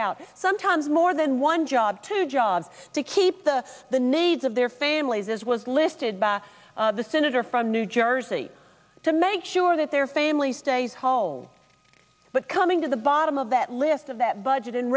out sometimes more than one job two jobs to keep the the needs of their families as was lifted by the senator from new jersey to make sure that their family stays hall but coming to the bottom of that list of that budget